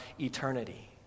eternity